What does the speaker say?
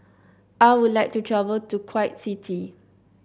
I would like to travel to Kuwait City